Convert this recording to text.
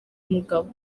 mugabo